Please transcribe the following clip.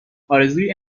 آرزوی